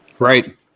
Right